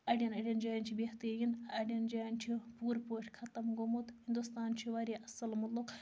اَڈیٚن اَڈیٚن جایَن چھِ بہتریٖن اَڈیٚن جایَن چھِ پوٗرٕ پٲٹھۍ ختم گومُت ہنٛدوستان چھِ واریاہ اصٕل مُلُک